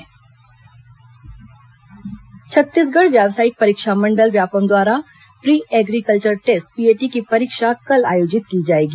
PAT परीक्षा छत्तीसगढ़ व्यावसायिक परीक्षा मंडल व्यापमं द्वारा प्री एग्रीकल्चर टेस्ट पीएटी की परीक्षा कल आयोजित की जाएगी